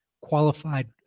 qualified